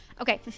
okay